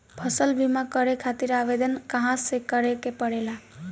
फसल बीमा करे खातिर आवेदन कहाँसे करे के पड़ेला?